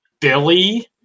Billy